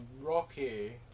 Rocky